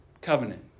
covenant